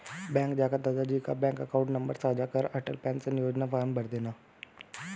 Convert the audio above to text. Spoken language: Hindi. बैंक जाकर दादा जी का बैंक अकाउंट नंबर साझा कर अटल पेंशन योजना फॉर्म भरदेना